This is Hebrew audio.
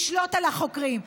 לשלוט על החוקרים,